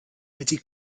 wedi